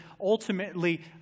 ultimately